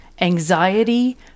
anxiety